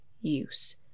use